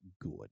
good